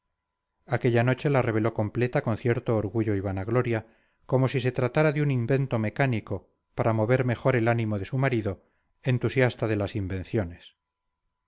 aquella noche la reveló completa con cierto orgullo y vanagloria como si se tratara de un invento mecánico para mover mejor el ánimo de su marido entusiasta de las invenciones